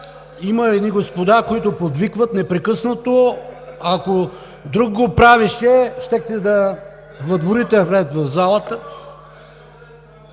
има едни господа, които подвикват непрекъснато. Ако друг го правеше, щяхте да въдворите ред в залата.